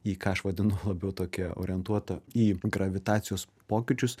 į ką aš vadinu laniau tokią orientuotą į gravitacijos pokyčius